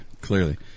clearly